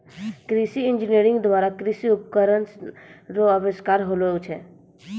कृषि इंजीनियरिंग द्वारा कृषि उपकरण रो अविष्कार होलो छै